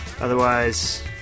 Otherwise